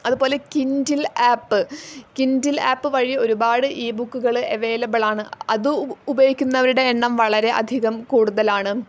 അതുപോലെ Kindle app Kindle app വഴി ഒരുപാട് ഇ ബുക്കുകൾ എവേലബിളാണ് അത് ഉപയോഗിക്കുന്നവരു ടെ എണ്ണം വളരെ അധികം കൂടുതലാണ്